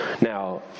Now